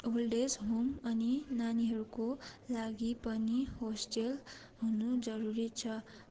old age home अनि नानीहरूको लागि पनि होस्टेल हुनु जरुरी छ